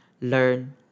Learn